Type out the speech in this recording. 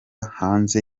hanze